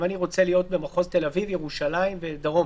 אם אני רוצה להיות במחוז תל אביב, ירושלים ודרום